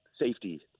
safety